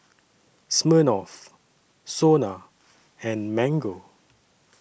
Smirnoff Sona and Mango